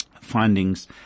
findings